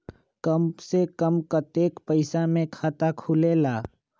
कम से कम कतेइक पैसा में खाता खुलेला?